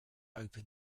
open